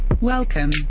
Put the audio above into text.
Welcome